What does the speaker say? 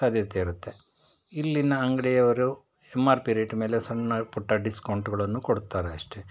ಸಾಧ್ಯತೆ ಇರತ್ತೆ ಇಲ್ಲಿನ ಅಂಗಡಿಯವರು ಎಮ್ ಆರ್ ಪಿ ರೇಟ್ ಮೇಲೆ ಸಣ್ಣ ಪುಟ್ಟ ಡಿಸ್ಕೌಂಟ್ಗಳನ್ನು ಕೊಡ್ತಾರೆ ಅಷ್ಟೆ